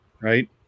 right